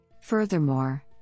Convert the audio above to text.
Furthermore